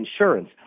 insurance